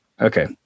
Okay